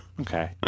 okay